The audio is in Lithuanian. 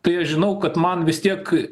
tai aš žinau kad man vis tiek